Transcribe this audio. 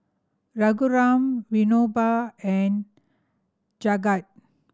Raghuram Vinoba and Jagat